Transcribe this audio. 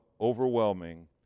overwhelming